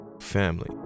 Family